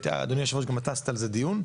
אדוני יושב הראש גם אתה עשית על זה דיון,